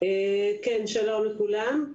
שלום לכולם.